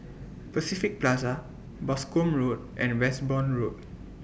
Pacific Plaza Boscombe Road and Westbourne Road